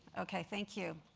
okay. thank you.